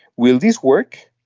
will this work.